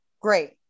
great